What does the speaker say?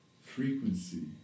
frequency